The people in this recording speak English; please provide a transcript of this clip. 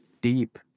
deep